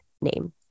name